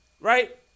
right